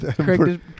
Craig